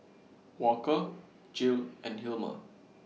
Walker Jill and Hilmer